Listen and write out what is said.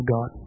God